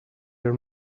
your